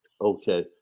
Okay